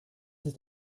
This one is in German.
ist